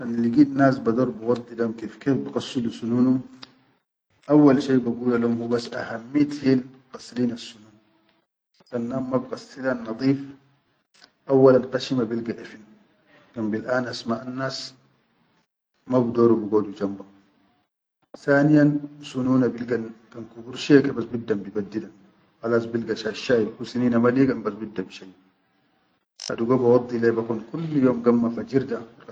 Kan ligit nas bador bawaddih lohum kef-kef biqassulu sununum awwal shai bagula lohum hibas ahammit hil qassilina-ssunn, kan nadum ma biqassilan nadif awwalan qashima bilga afin, kan bil-anas maʼannas ma bidoru bigodu jamba, saniyan sununa bilga kan kubur shiya bas bibdan bibaddidan khalas bilga shasshayib hu sinina ma ligan bas bibda bishayyibi ha dugo bawaddih le kullu yom gamma fajir.